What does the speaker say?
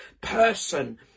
person